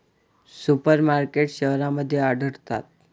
super markets शहरांमध्ये आढळतात